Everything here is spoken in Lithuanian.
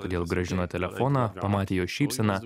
todėl grąžino telefoną pamatė jos šypseną